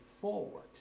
forward